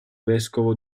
vescovo